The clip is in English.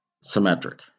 Symmetric